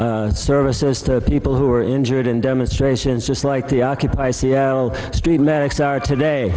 services to people who were injured in demonstrations just like the occupy seattle street medics are today